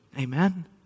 Amen